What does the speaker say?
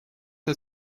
der